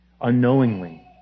unknowingly